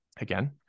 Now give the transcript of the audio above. again